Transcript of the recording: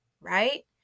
right